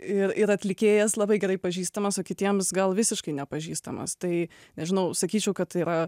ir ir atlikėjas labai gerai pažįstamas o kitiems gal visiškai nepažįstamas tai nežinau sakyčiau kad tai yra